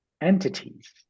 entities